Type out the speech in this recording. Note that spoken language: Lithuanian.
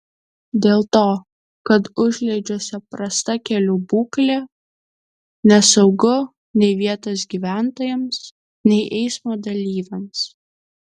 dėl to kad užliedžiuose prasta kelių būklė nesaugu nei vietos gyventojams nei eismo dalyviams